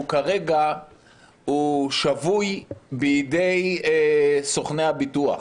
הוא כרגע שבוי בידי סוכני הביטוח.